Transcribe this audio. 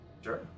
Sure